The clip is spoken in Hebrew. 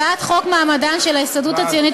הצעת חוק מעמדן של ההסתדרות הציונית